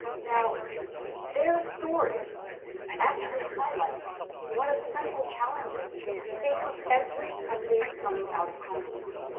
now their story actually highlights one of the central challenges facing every country coming out of conflict.